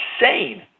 insane